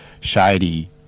shady